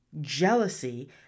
jealousy